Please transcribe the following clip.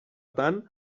tant